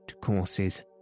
courses